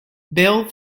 bail